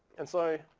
and so